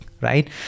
right